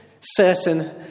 certain